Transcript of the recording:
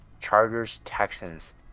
Chargers-Texans